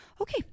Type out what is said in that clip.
okay